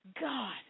God